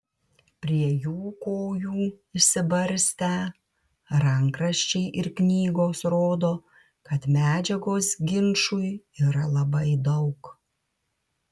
prie jų kojų išsibarstę rankraščiai ir knygos rodo kad medžiagos ginčui yra labai daug